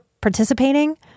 participating